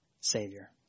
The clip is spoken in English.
Savior